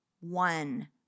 one